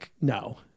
No